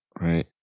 Right